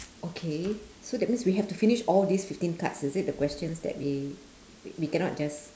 okay so that means we have to finish all these fifteen cards is it the questions that we we cannot just